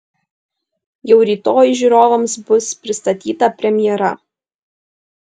jau rytoj žiūrovams bus pristatyta premjera